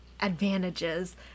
advantages